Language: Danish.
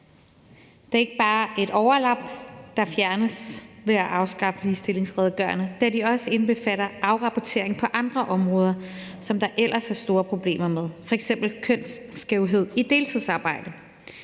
Det er ikke bare et overlap, der fjernes ved at afskaffe ligestillingsredegørelserne, da de også indbefatter afrapportering på andre områder, som der er store problemer med, f.eks. kønsskævhed i forhold til deltidsarbejde.